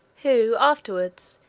who afterwards,